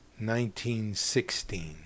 1916